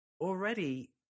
already